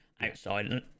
outside